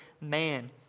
man